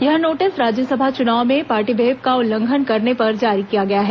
यह नोटिस राज्यसभा चुनाव में पार्टी व्हिप का उल्लंघन करने पर जारी किया गया है